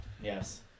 Yes